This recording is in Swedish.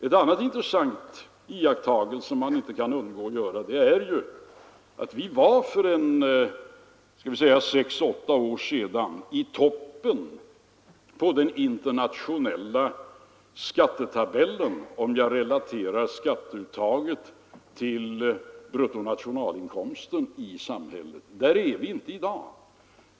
En annan intressant iakttagelse som man inte kan undgå att göra är att Sverige för sex åtta år sedan låg på toppen av den internationella skattetabellen, om jag relaterar skatteuttaget till bruttonationalinkomsten i samhället. Där ligger vi inte i dag.